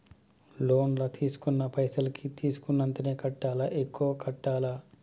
Loan లా తీస్కున్న పైసల్ కి తీస్కున్నంతనే కట్టాలా? ఎక్కువ కట్టాలా?